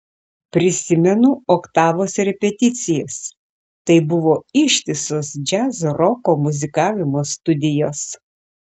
prisimenu oktavos repeticijas tai buvo ištisos džiazroko muzikavimo studijos